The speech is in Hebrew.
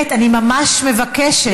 באמת, אני ממש מבקשת.